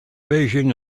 beijing